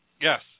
Yes